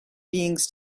beings